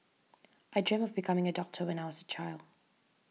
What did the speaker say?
I dreamt of becoming a doctor when I was a child